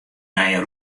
nije